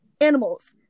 animals